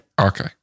Okay